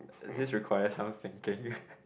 this requires some thinking